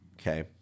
okay